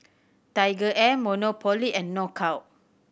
TigerAir Monopoly and Knockout